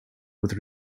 with